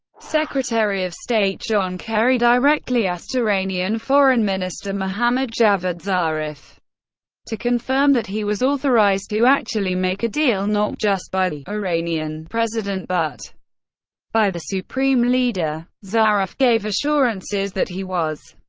secretary of state john kerry directly asked iranian foreign minister mohammad javad zarif to confirm that he was authorized to actually make a deal, not just by the president, but by the supreme leader? zarif gave assurances that he was.